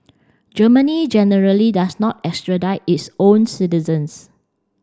Germany generally does not extradite its own citizens